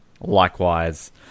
likewise